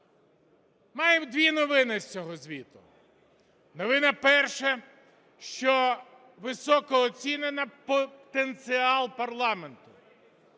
Маємо дві новини з цього звіту. Новина перша. Що високо оцінений потенціал парламенту.